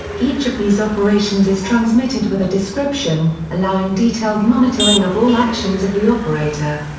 each of these operations is transmitted with a description, allowing detailed monitoring of all actions of the operator.